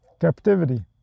captivity